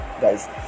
guys